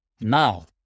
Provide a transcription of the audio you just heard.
Now